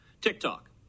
TikTok